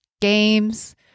games